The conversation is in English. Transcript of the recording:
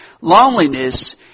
Loneliness